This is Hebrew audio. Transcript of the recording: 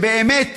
באמת